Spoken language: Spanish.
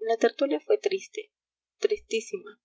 la tertulia fue triste tristísima